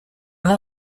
n’en